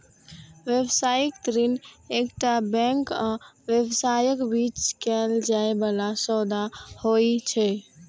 व्यावसायिक ऋण एकटा बैंक आ व्यवसायक बीच कैल जाइ बला सौदा होइ छै